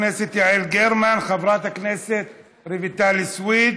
חברת הכנסת יעל גרמן, חברת הכנסת רויטל סויד,